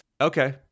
Okay